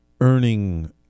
earning